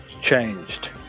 changed